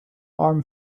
arm